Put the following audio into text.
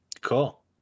Cool